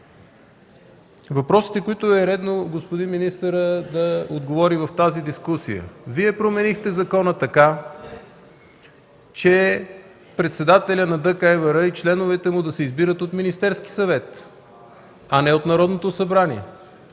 Въпросите, на които е редно господин министъра да отговори в тази дискусия. Вие променихте закона така, че председателят на ДКЕВР и членовете му да се избират от Министерския съвет, а не от Народното събрание.